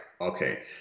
okay